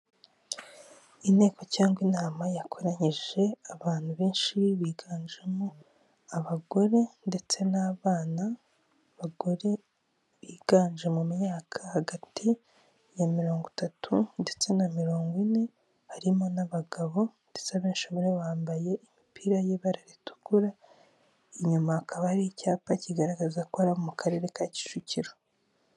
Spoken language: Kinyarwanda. Inteko cyangwa inama yakoranyije abantu benshi biganjemo abagore ndetse n'abana, abagore biganje mu myaka hagati ya mirongo itatu ndetse na mirongo ine, harimo n'abagabo ndetse abenshi muri bo bambaye imipira y'ibara ritukura inyuma akaba ari icyapa kigaragaza ko aro abo mu karere ka Kicukiro.